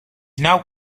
now